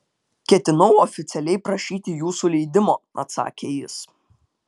ketinau oficialiai prašyti jūsų leidimo atsakė jis